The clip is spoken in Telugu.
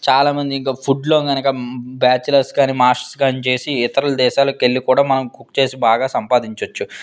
చాలామందికి ఇంకా ఫుడ్లోకనుక బ్యాచులర్స్ కానీ మాస్టర్స్ కానీ చేసి ఇతర దేశాలకు వెళ్ళి కూడా మనం కుక్ చేసి బాగా సంపాదించవచ్చు